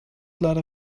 leider